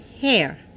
hair